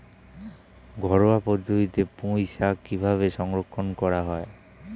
ঘরোয়া পদ্ধতিতে পুই শাক কিভাবে সংরক্ষণ করা হয়?